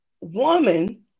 woman